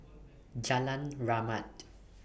Jalan Rahmat